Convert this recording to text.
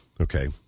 Okay